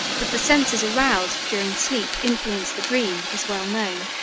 that the senses aroused during sleep influence the dream is well known,